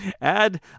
Add